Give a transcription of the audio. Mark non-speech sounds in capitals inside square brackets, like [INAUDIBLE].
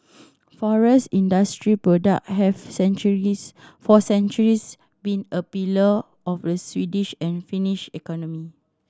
[NOISE] forest industry product have centuries for centuries been a pillar of the Swedish and Finnish economy